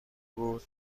بود